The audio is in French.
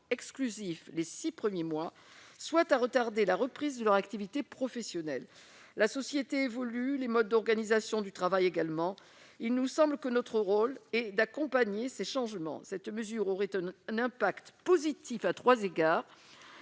exclusif les six premiers mois, soit à retarder la reprise de leur activité professionnelle. La société évolue, tout comme les modes d'organisation du travail : il nous semble que notre rôle est d'accompagner ces changements. Cette disposition aurait un impact positif à trois égards